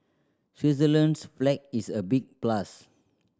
Switzerland's flag is a big plus